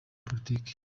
politiki